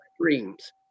dreams